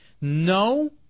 No